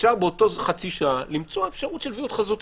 אפשר באותה חצי שעה למצוא אפשרות של היוועדות חזותית,